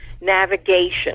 navigation